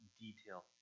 detail